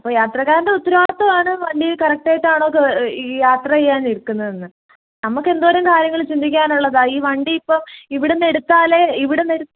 അപ്പോൾ യാത്രക്കാരൻ്റെ ഉത്തരവാദിത്തം ആണ് വണ്ടി കറക്റ്റ് ആയിട്ടാണൊ യാത്ര ചെയ്യാൻ ഇരിക്കുന്നതിന്ന് നമുക്ക് എന്തോരം കാര്യങ്ങൾ ചിന്തിക്കാൻ ഉള്ളതാണ് ഈ വണ്ടി ഇപ്പോൾ ഇവിടെ നിന്ന് എടുത്താലെ ഇവിടെ നിന്ന്